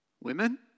Women